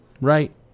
Right